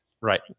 Right